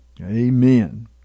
Amen